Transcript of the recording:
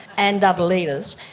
and other leaders.